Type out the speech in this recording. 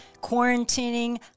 quarantining